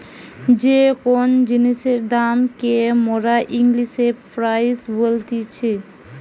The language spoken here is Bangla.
যে কোন জিনিসের দাম কে মোরা ইংলিশে প্রাইস বলতিছি